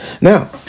Now